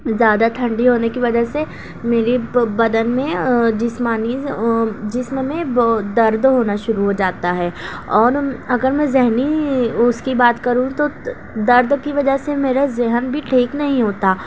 زیادہ ٹھنڈی ہونے کی وجہ سے میری بدن میں اور جسمانی جسم میں بہت درد ہونا شروع ہو جاتا ہے اور اگر میں ذہنی اس کی بات کروں تو درد کی وجہ سے میرا ذہن بھی ٹھیک نہیں ہوتا